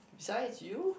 besides you